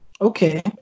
Okay